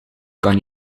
kan